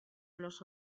los